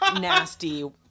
nasty